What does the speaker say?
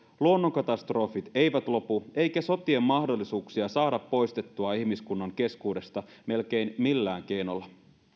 luonnonkatastrofit eivät lopu eikä sotien mahdollisuuksia saada poistettua ihmiskunnan keskuudesta melkein millään keinolla